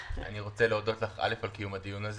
אני רוצה להודות לך על קיום הדיון הזה